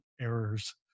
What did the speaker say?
errors